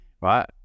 Right